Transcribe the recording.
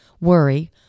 worry